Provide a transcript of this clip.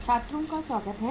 छात्रों का स्वागत हैं